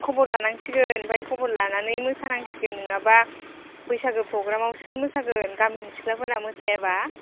खबर लानांसिगोन आमफ्राय खबर लानानै मोसानांसिगोन नोङाबा बैसागु फग्रामाव सोर मोसागोन गामिनि सिख्लाफोरा मोसायाबा